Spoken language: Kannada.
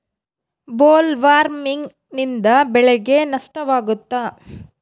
ಬೊಲ್ವರ್ಮ್ನಿಂದ ಬೆಳೆಗೆ ನಷ್ಟವಾಗುತ್ತ?